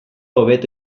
hobeto